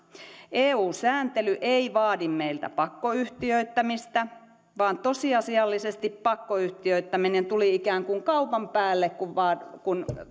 eu sääntely ei vaadi meiltä pakkoyhtiöittämistä vaan tosiasiallisesti pakkoyhtiöittäminen tuli ikään kuin kaupan päälle kun